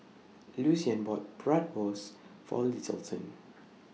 Lucian bought Bratwurst For Littleton